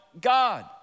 God